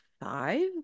five